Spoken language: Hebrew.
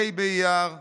ה' באייר תש"ח,